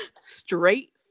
straight